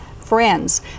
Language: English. friends